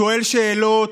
שואל שאלות,